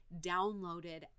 downloaded